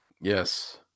Yes